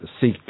seek